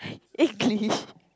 eh glitch